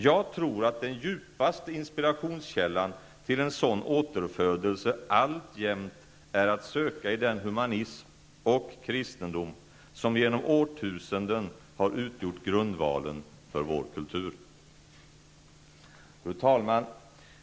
Jag tror att den djupaste inspirationskällan till en sådan återfödelse alltjämt är att söka i den humanism och kristendom som genom årtusenden har utgjort grundvalen för vår kultur.'' Fru talman!